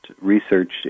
Research